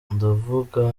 ndavuga